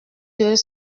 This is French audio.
deux